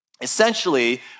Essentially